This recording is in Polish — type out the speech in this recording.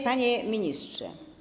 Panie Ministrze!